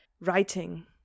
writing